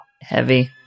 Heavy